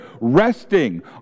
resting